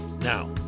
Now